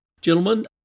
Gentlemen